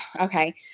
okay